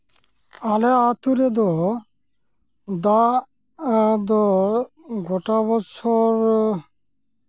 ᱟᱞᱮ ᱟᱛᱳ ᱨᱮᱫᱚ ᱫᱟᱜ ᱫᱚ ᱜᱳᱴᱟ ᱵᱚᱪᱷᱚᱨ